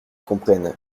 comprennent